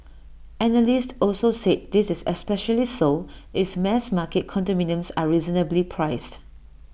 analysts also said this is especially so if mass market condominiums are reasonably priced